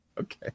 okay